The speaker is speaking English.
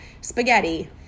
spaghetti